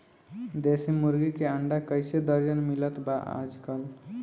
देशी मुर्गी के अंडा कइसे दर्जन मिलत बा आज कल?